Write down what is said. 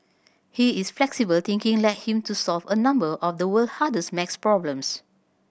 he is flexible thinking led him to solve a number of the world hardest maths problems